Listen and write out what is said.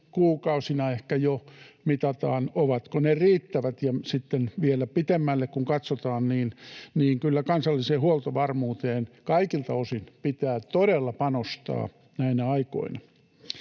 lähikuukausina ehkä jo mitataan, ovatko ne riittävät, ja kun sitten vielä pitemmälle katsotaan, niin kyllä kansalliseen huoltovarmuuteen kaikilta osin pitää todella panostaa näinä aikoina.